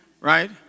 right